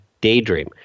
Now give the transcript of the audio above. daydream